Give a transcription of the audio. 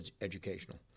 educational